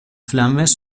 flames